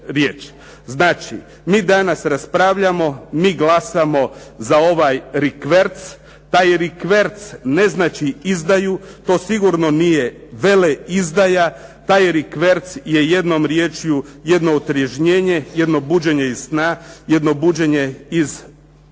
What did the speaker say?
Znači, mi danas raspravljamo, mi glasamo za ovaj rikverc. Taj rikverc ne znači izdaju, to sigurno nije veleizdaja, taj rikverc je jednom riječju jedno otriježnjenje, jedno buđenje iz sna, jedno buđenje iz utopije.